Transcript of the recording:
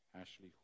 Ashley